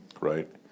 right